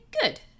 good